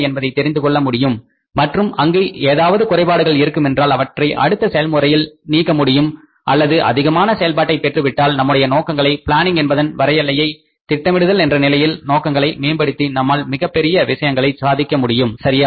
என்பதை தெரிந்துகொள்ள முடியும் மற்றும் அங்கு ஏதாவது குறைபாடுகள் இருக்குமென்றால் அவற்றை அடுத்த செயல்முறையில் நீக்க முடியும் அல்லது அதிகமான செயல்பாட்டை பெற்றுவிட்டால் நம்முடைய நோக்கங்களை பிளானிங் என்பதன் வரையெல்லையை திட்டமிடுதல் என்ற நிலையில் நோக்கங்களை மேம்படுத்தி நம்மால் மிகப் பெரிய விஷயங்களை சாதிக்க முடியும் சரியா